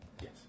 Yes